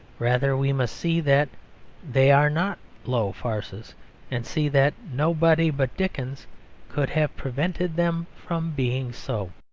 rather we must see that they are not low farces and see that nobody but dickens could have prevented them from being so.